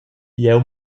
jeu